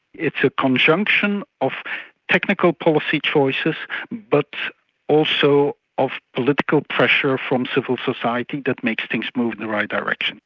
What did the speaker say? it's a conjunction of technical policy choices but also of political pressure from civil society that makes things move in the right direction.